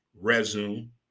resume